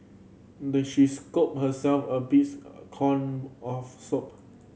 the she scooped herself a corn of soup